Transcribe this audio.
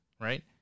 right